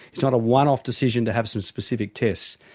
it's not a one-off decision to have some specific tests,